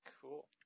Cool